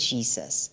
Jesus